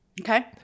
Okay